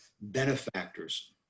benefactors